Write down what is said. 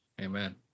amen